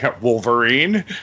Wolverine